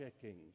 checking